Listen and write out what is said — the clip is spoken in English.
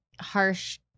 harsh